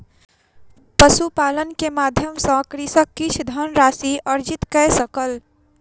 पशुपालन के माध्यम सॅ कृषक किछ धनराशि अर्जित कय सकल